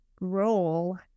role